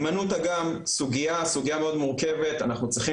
הימנותא גם סוגייה מאוד מורכבת אנחנו צריכים